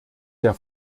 der